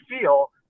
feel